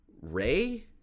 Ray